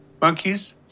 monkeys